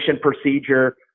procedure